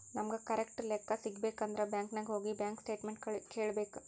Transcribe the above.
ನಮುಗ್ ಕರೆಕ್ಟ್ ಲೆಕ್ಕಾ ಸಿಗಬೇಕ್ ಅಂದುರ್ ಬ್ಯಾಂಕ್ ನಾಗ್ ಹೋಗಿ ಬ್ಯಾಂಕ್ ಸ್ಟೇಟ್ಮೆಂಟ್ ಕೇಳ್ಬೇಕ್